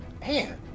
Man